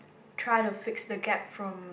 try to fix the gap from